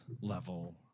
level